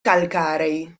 calcarei